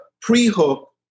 pre-hook